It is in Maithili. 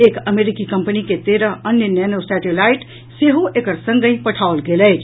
एक अमरीकी कंपनी के तेरह अन्य नैनो सैटेलाइट सेहो एकर संगहि पठाओल गेल अछि